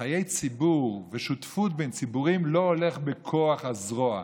חיי ציבור ושותפות בין ציבורים לא הולכים בכוח הזרוע.